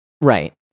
Right